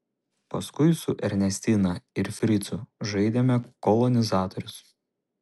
paskui su ernestina ir fricu žaidėme kolonizatorius